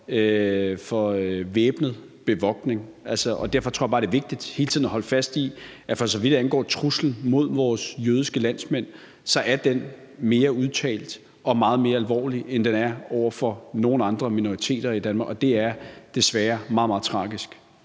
for væbnet bevogtning. Derfor tror jeg bare, det er vigtigt hele tiden at holde fast i, at for så vidt angår truslen mod vores jødiske landsmænd, så er den mere udtalt og meget mere alvorlig, end tilfældet er for nogen andre minoriteter i Danmark, og det er meget, meget tragisk.